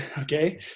Okay